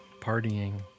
partying